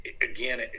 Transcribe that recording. Again